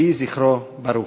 יהי זכרו ברוך.